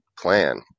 plan